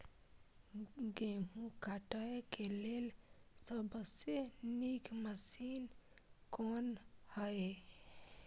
गेहूँ काटय के लेल सबसे नीक मशीन कोन हय?